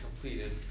completed